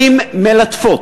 המילים מלטפות,